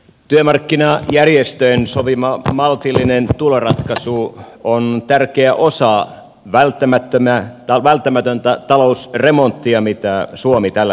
työmarkkinajärjestöjen sopima maltillinen tuloratkaisu on tärkeä osa välttämätöntä talousremonttia mitä suomi tällä hetkellä tarvitsee